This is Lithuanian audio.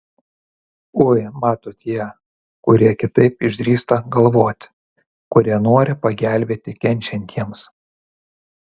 ui mato tie kurie kitaip išdrįsta galvoti kurie nori pagelbėti kenčiantiems